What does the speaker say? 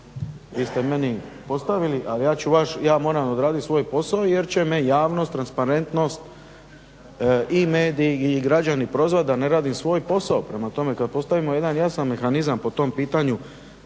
vi ste meni postavili ali ja ću vaš, ja moram odraditi svoj posao jer će me javnost, transparentnost i mediji i građani prozvat da ne radim svoj posao. Prema tome kad postavimo jedan jasan mehanizam po tom pitanju.